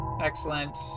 Excellent